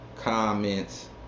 comments